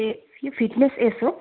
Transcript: ए यो फिटनेस एस हो